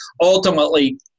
ultimately